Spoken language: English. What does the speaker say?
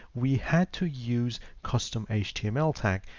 we had to use custom um html tag,